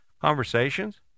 conversations